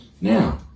Now